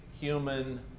human